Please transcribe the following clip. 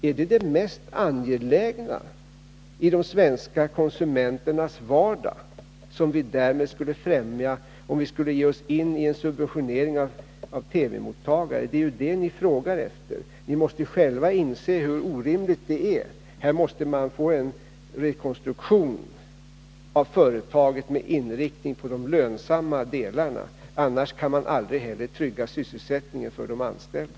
Är det då det mest angelägna i de svenska konsumenternas vardag som vi skulle främja, om vi gav oss in i en subventionering av TV-mottagare? Det är ju vad ni frågar efter. Ni måste själva inse hur orimligt det är. Här måste man få en rekonstruktion av företaget med inriktning på de lönsamma delarna — annars kan man aldrig trygga sysselsättningen för de anställda.